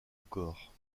encore